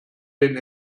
den